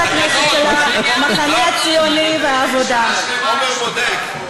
כל חברי הכנסת של המחנה הציוני והעבודה, עמר בודק.